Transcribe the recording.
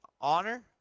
honor